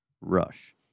Rush